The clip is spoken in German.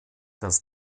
das